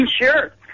Sure